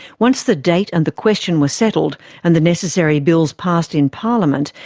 once the date and the question were settled and the necessary bills passed in parliament,